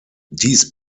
dies